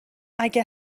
اگه